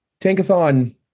Tankathon